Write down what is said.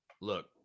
Look